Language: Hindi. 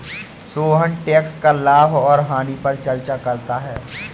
सोहन टैक्स का लाभ और हानि पर चर्चा करता है